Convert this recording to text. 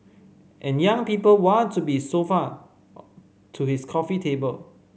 and young people want to be sofa to his coffee table